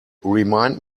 remind